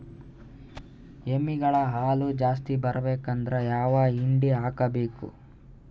ಎಮ್ಮಿ ಗಳ ಹಾಲು ಜಾಸ್ತಿ ಬರಬೇಕಂದ್ರ ಯಾವ ಹಿಂಡಿ ಹಾಕಬೇಕು?